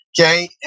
Okay